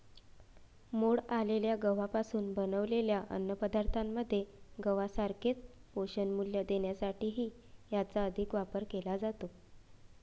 मोड आलेल्या गव्हापासून बनवलेल्या अन्नपदार्थांमध्ये गव्हासारखेच पोषणमूल्य देण्यासाठीही याचा अधिक वापर केला जातो